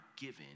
given